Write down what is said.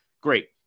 great